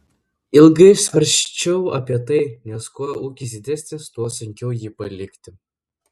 ilgai svarsčiau apie tai nes kuo ūkis didesnis tuo sunkiau jį palikti